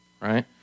right